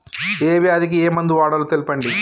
ఏ వ్యాధి కి ఏ మందు వాడాలో తెల్పండి?